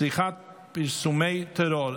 (צריכת פרסומי טרור),